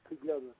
together